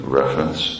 reference